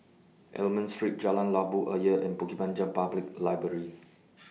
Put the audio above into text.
Almond Street Jalan Labu Ayer and Bukit Panjang Public Library